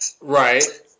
Right